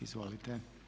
Izvolite.